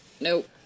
nope